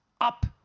up